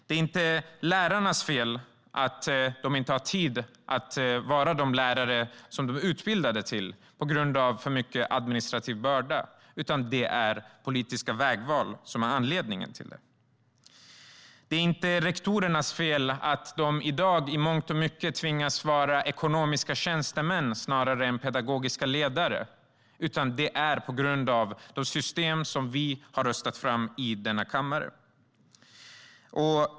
Det är inte lärarnas fel att de inte har tid att vara de lärare de är utbildade till på grund av en alltför stor administrativ börda. Det är politiska vägval som är anledningen till det. Det är inte rektorernas fel att de i dag i mångt och mycket tvingas vara ekonomiska tjänstemän snarare än pedagogiska ledare. Det är på grund av de system som vi har röstat fram i denna kammare.